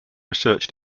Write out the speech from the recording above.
research